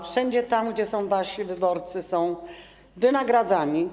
Wszędzie tam, gdzie są wasi wyborcy, są oni wynagradzani.